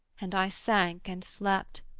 and i sank and slept,